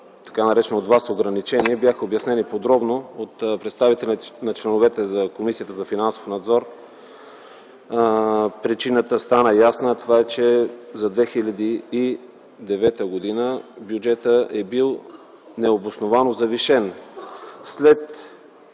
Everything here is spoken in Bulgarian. така наречено от вас, ограничение бяха обяснени подробно от представителите на членовете на Комисията за финансов надзор. Причината стана ясна, а това е, че за 2009 г. бюджетът е бил необосновано завишен.